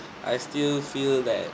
I still feel that